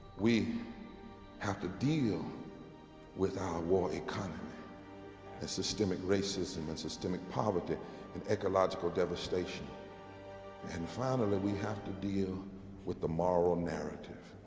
we have to deal with our war economy and systemic racism and systemic poverty and ecological devastation and finally we have to deal with the moral narrative.